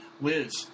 Liz